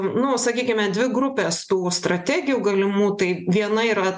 nu sakykime dvi grupės tų strategijų galimų tai viena yra